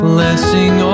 Blessing